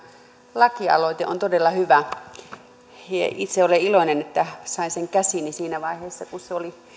lakialoite on todella hyvä itse olen iloinen että sain sen käsiini siinä vaiheessa kun se oli